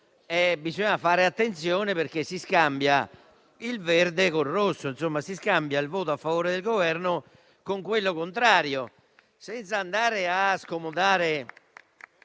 bisogna fare attenzione perché si scambia il verde con il rosso, insomma si scambia il voto a favore del Governo con quello contrario. Senza scomodare